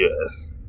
yes